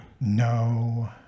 No